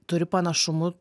turi panašumų